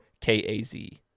K-A-Z